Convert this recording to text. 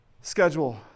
schedule